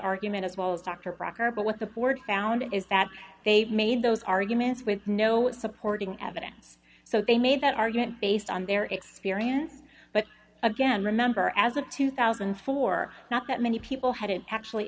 argument as well as dr crocker but what the board found is that they made those arguments with no supporting evidence so they made that argument based on their experience but again remember as a two thousand and four not that many people hadn't actually